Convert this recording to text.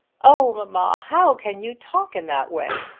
oh, mamma, how can you talk in that way?